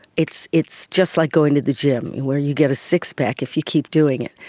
it's it's just like going to the gym, and where you get a sixpack if you keep doing it.